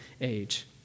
age